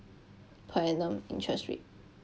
per annum interest rate